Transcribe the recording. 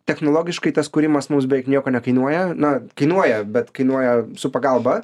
technologiškai tas kūrimas mums beveik nieko nekainuoja na kainuoja bet kainuoja su pagalba